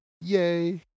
Yay